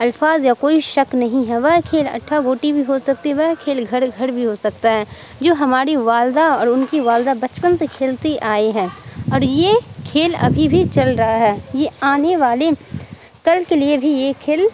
الفاظ یا کوئی شک نہیں ہے وہ کھیل اٹھا بوٹی بھی ہو سکتی ہے وہ کھیل گھر گھر بھی ہو سکتا ہے جو ہماری والدہ اور ان کی والدہ بچپن سے کھیلتی آئے ہیں اور یہ کھیل ابھی بھی چل رہا ہے یہ آنے والے کل کے لیے بھی یہ کھیل